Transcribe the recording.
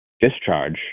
discharge